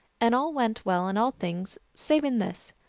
and all went well in all things save in this.